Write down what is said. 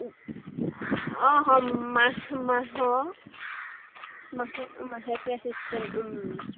অঁ মাহ মাহৰ মাহে মাহেকীয়া ছিষ্টেম